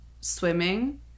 swimming